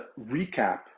recap